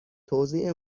توزیع